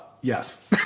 yes